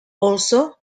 also